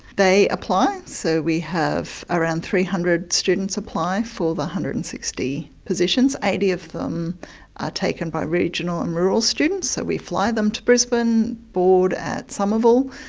they apply, so we have around three hundred students apply for the one hundred and sixty positions. eighty of them taken by regional and rural students, so we fly them to brisbane, board at somerville,